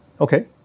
Okay